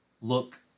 look